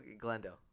Glendale